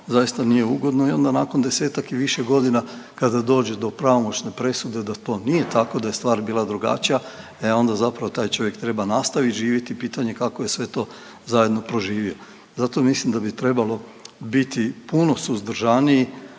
zaista nije ugodno i onda nakon 10-ak i više godina kada dođe do pravomoćne presude da to nije tako, da je stvar bila drugačija, e onda zapravo taj čovjek treba nastaviti živjeti i pitanje je kako je sve to zajedno proživio. Zato mislim da bi trebalo bit puno suzdržaniji